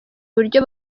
uburyo